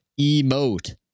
emote